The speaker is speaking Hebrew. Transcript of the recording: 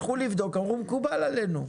הם הלכו לבדוק, אמרו: מקובל עלינו.